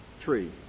tree